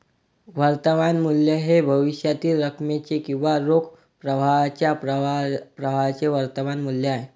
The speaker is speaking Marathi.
वर्तमान मूल्य हे भविष्यातील रकमेचे किंवा रोख प्रवाहाच्या प्रवाहाचे वर्तमान मूल्य आहे